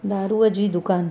दारूअ जी दुकान